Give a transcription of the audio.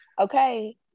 Okay